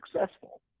successful